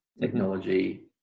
technology